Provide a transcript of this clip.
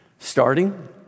Starting